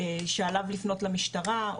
שעליו לפנות למשטרה,